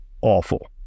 awful